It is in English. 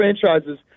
franchises